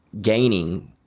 gaining